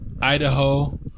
Idaho